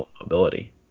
ability